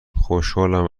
خوشحالم